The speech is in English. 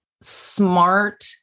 smart